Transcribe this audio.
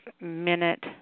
minute